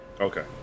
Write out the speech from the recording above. okay